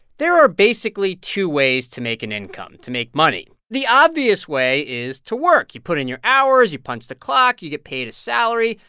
there are basically two ways to make an income, to make money. the obvious way is to work. you put in your hours. you punch the clock. you get paid a salary.